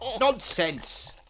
Nonsense